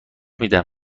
میدم